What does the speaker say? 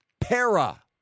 para